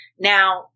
Now